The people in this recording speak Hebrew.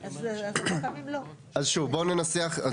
אז שוב, בואו ננסח.